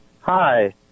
Hi